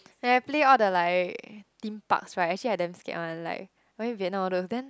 when I play all the like theme parks right actually I damn scared one like went Vietnam all those then